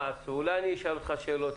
מה, אולי אני אשאל אותך שאלות?